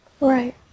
Right